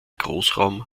großraum